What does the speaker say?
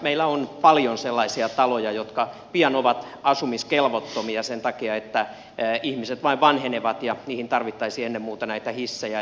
meillä on paljon sellaisia taloja jotka pian ovat asumiskelvottomia sen takia että ihmiset vain vanhenevat ja niihin tarvittaisiin ennen muuta hissejä